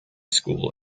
school